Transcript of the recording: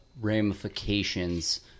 ramifications